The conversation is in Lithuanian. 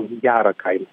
labai gerą kain